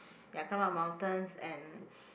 ya climb up mountains and